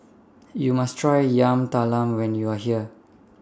YOU must Try Yam Talam when YOU Are here